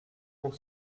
pour